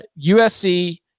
USC